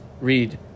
read